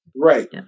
Right